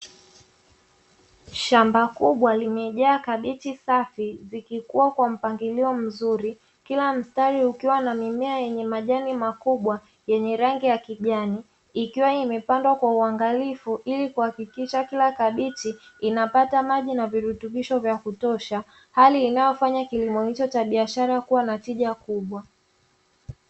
Shamba kubwa limejaa kabichi safi zikikuwa kwa mpangilio mzuri kila msitari ukiwa na mimea yenye majani makubwa yenye rangi ya kijani, ikiwa imepandwa kwa uangalifu ili kuhakikisha kila kabichi inapata maji na virutubisho vya kutosha hali inayofanya kilimo hicho cha biashara kuwa na tija kubwa.